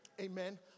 amen